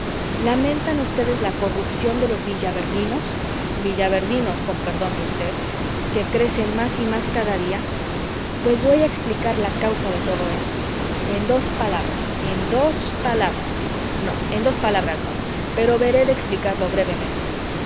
lamentan ustedes la corrupción de los villaverdinos villaverdinos con perdón de usted que crece más y más cada día pues voy a explicar la causa de todo eso en dos palabras en dos palabras no en dos palabras no pero veré de explicarlo brevemente